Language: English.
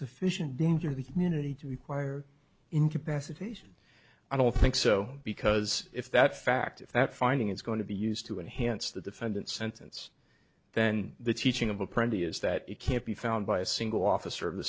sufficient danger to the community to require incapacitation i don't think so because if that's fact if that finding is going to be used to enhance the defendant sentence then the teaching of a pretty is that it can't be found by a single officer of the